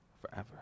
forever